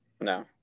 No